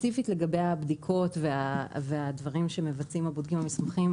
ספציפית לגבי הבדיקות והדברים שמבצעים הבודקים המוסמכים,